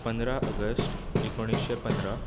पंधरा ऑगस्ट एकूणीशें पंदरा